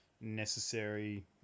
necessary